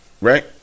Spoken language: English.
Right